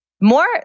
more